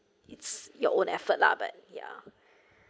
it's your own effort lah but ya